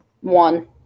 One